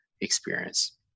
experience